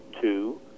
two